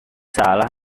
salah